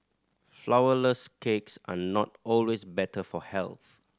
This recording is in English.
flourless cakes are not always better for health